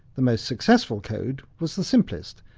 the most successful code was the simplest,